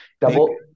Double